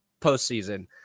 postseason